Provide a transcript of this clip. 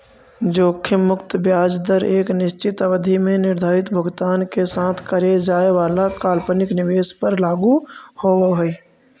जोखिम मुक्त ब्याज दर एक निश्चित अवधि में निर्धारित भुगतान के साथ करे जाए वाला काल्पनिक निवेश पर लागू होवऽ हई